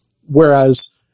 Whereas